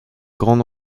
grande